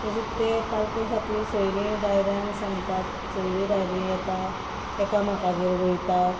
तशेंच ते पालके खातीर सोयरीं दायऱ्यांक सांगतात सयरीं दायरीं येता एकामेकागेर वयता